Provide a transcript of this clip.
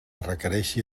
requereixi